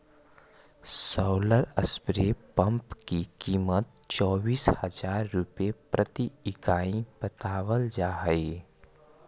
solar spray pump की कीमत चौबीस हज़ार रुपए प्रति इकाई बतावल जा हई